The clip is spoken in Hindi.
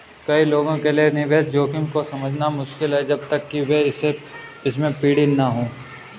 कई लोगों के लिए निवेश जोखिम को समझना मुश्किल है जब तक कि वे इससे पीड़ित न हों